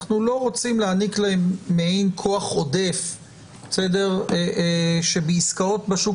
אנחנו לא רוצים להעניק להם מעין כוח עודף שבעסקאות בשוק